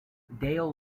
dale